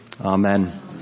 Amen